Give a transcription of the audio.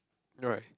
no right